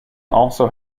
also